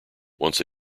once